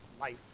life